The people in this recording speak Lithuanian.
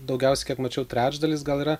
daugiausiai kiek mačiau trečdalis gal yra